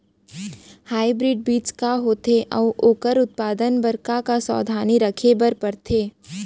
Hybrid बीज का होथे अऊ ओखर उत्पादन बर का का सावधानी रखे बर परथे?